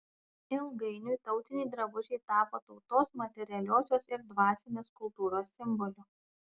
ilgainiui tautiniai drabužiai tapo tautos materialiosios ir dvasinės kultūros simboliu